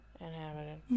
inhabited